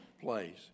place